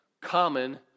common